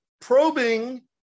probing